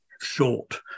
short